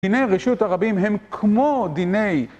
דיני רשות הרבים הם כמו דיני...